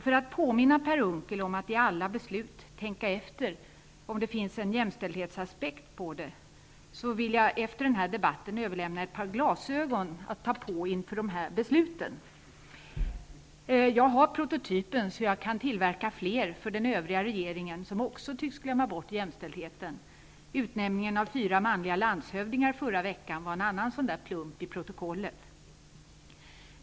För att påminna Per Unckel om att i alla beslut tänka efter om det finns en jämställdhetsaspekt att ta med, vill jag efter debatten överlämna ett par glasögon att ta på inför att besluten skall fattas. Jag har prototypen, så jag kan låta tillverka fler för den övriga regeringen, som också tycks glömma bort jämställdheten. Utnämningen av fyra manliga landshövdingar förra veckan var en annan plump i protokollet.